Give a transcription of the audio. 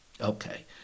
Okay